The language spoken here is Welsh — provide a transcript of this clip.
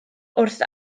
wrth